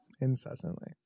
incessantly